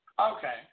Okay